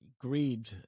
greed